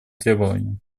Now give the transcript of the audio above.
требованиям